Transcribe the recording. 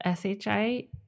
SHI